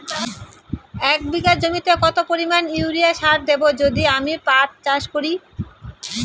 এক বিঘা জমিতে কত পরিমান ইউরিয়া সার দেব যদি আমি পাট চাষ করি?